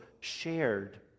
shared